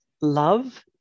love